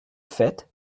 fait